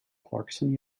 clarkson